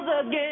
again